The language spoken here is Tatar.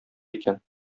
икән